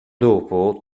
dopo